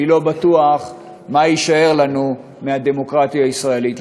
אני לא בטוח מה יישאר לנו מהדמוקרטיה הישראלית.